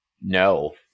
No